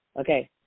Okay